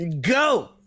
Go